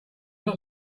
not